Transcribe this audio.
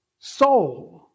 soul